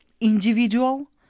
individual